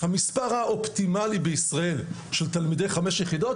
המספר האופטימלי בישראל של תלמידי חמש יחידות